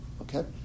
okay